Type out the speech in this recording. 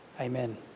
amen